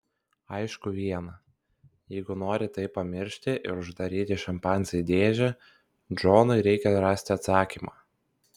aišku viena jeigu nori tai pamiršti ir uždaryti šimpanzę į dėžę džonui reikia rasti atsakymą